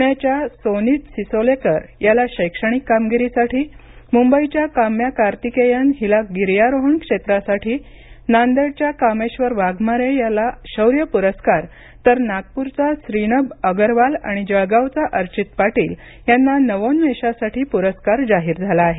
पुण्याच्या सोनित सिसोलेकर याला शैक्षणिक कामगिरीसाठी मुंबईच्या काम्या कार्तिकेयन हिला गिर्यारोहण क्षेत्रासाठी नांदेडच्या कामेश्वर वाघमारे याला शौर्य पुरस्कार तर नागपूरचा श्रीनभ अगरवाल आणि जळगांवचा अर्चित पाटील यांना नवोन्मेषासाठी पुरस्कार जाहीर झाला आहे